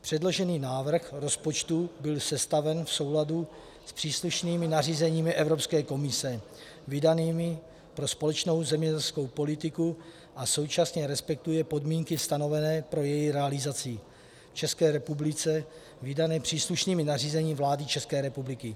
Předložený návrh rozpočtu byl sestaven v souladu s příslušnými nařízeními Evropské komise vydanými pro společnou zemědělskou politiku a současně respektuje podmínky stanovené pro její realizaci v České republice vydané příslušnými nařízeními vlády České republiky.